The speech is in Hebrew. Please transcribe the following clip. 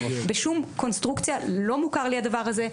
בשום קונסטרוקציה לא מוכר לי הדבר הזה,